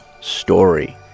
Story